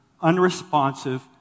unresponsive